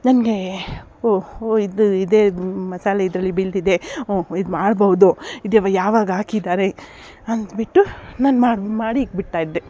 ನನಗೆ ಹೊ ಹೋ ಇದು ಇದೇ ಮಸಾಲೆ ಇದರಲ್ಲಿ ಬಿದ್ದಿದೆ ಹ್ಞೂ ಇದು ಮಾಡ್ಬವ್ದು ಇದು ಯಾವ ಯಾವಾಗ ಹಾಕಿದ್ದಾರೆ ಅನ್ಬಿಟ್ಟು ನಾನು ಮಾಡಿ ಮಾಡಿ ಇಕ್ಬಿಡ್ತಾ ಇದ್ದೆ